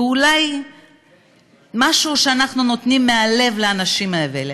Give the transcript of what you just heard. ואולי משהו שאנחנו נותנים מהלב לאנשים האלה,